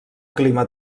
clima